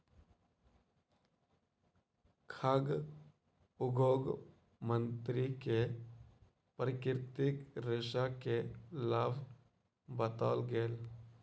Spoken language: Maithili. खाद्य उद्योग मंत्री के प्राकृतिक रेशा के लाभ बतौल गेल